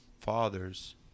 fathers